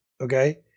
okay